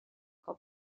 quand